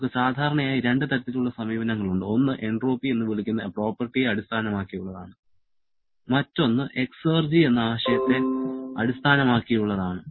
നമുക്ക് സാധാരണയായി രണ്ട് തരത്തിലുള്ള സമീപനങ്ങളുണ്ട് ഒന്ന് എൻട്രോപ്പി എന്ന് വിളിക്കുന്ന പ്രോപ്പർട്ടിയെ അടിസ്ഥാനമാക്കിയുള്ളതാണ് മറ്റൊന്ന് എക്സർജി എന്ന ആശയത്തെ അടിസ്ഥാനമാക്കിയുള്ളതാണ്